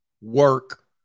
work